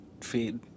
feed